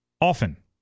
often